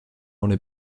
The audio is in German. ohne